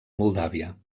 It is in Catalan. moldàvia